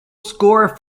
score